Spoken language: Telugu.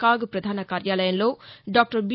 కాగ్ పధాస కార్యాలయంలో డాక్టర్ బి